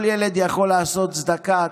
כל ילד יכול לעשות צדקה,